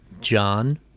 John